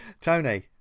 tony